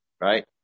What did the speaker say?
right